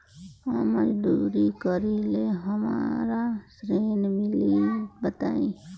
हम मजदूरी करीले हमरा ऋण मिली बताई?